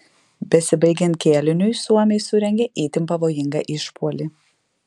besibaigiant kėliniui suomiai surengė itin pavojingą išpuolį